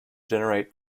generate